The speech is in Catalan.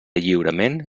lliurament